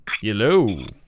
Hello